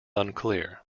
unclear